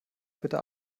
bitte